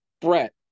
Brett